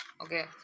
Okay